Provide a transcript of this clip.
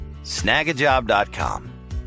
snagajob.com